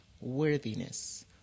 worthiness